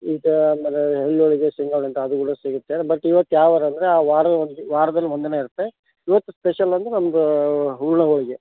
ಇದು ಆಮೇಲೆ ಎಳ್ಳ್ ಹೋಳಿಗೆ ಶೇಂಗಾ ಹೋಳ್ಗೆ ಅಂತ ಅದು ಕೂಡ ಸಿಗುತ್ತೆ ಬಟ್ ಇವತ್ತು ಯಾವ ವಾರ ಅಂದರೆ ಆ ವಾರದ ಒಂದು ದಿ ವಾರದಲ್ಲಿ ಒಂದಿನ ಇರುತ್ತೆ ಇವತ್ತು ಸ್ಪೆಷಲ್ ಅಂದರೆ ನಮ್ದು ಹೂರಣ ಹೋಳಿಗೆ